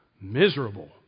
miserable